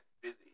Busy